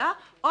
ראש ...".